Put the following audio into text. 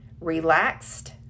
relaxed